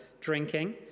drinking